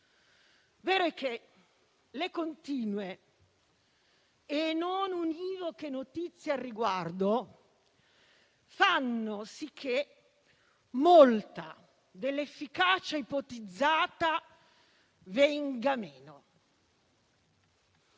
Vero è che le continue e non univoche notizie al riguardo fanno sì che molta dell'efficacia ipotizzata venga meno.